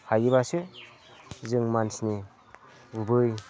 हायोब्लसो जों मानसिनि गुबै